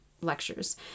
lectures